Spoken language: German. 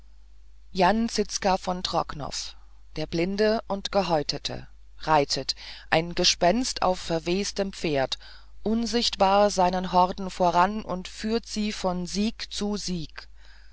jan zizka von trocnov der blinde und gehäutete reitet ein gespenst auf verwestem pferd unsichtbar seinen horden voran und führt sie von sieg zu sieg